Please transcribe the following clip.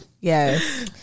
Yes